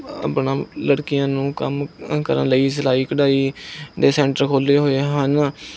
ਆਪਣਾ ਲੜਕੀਆਂ ਨੂੰ ਕੰਮ ਕਰਨ ਲਈ ਸਿਲਾਈ ਕਢਾਈ ਦੇ ਸੈਂਟਰ ਖੋਲ੍ਹੇ ਹੋੇਏ ਹਨ